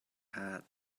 hat